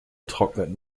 trocknet